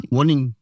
Warning